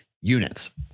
units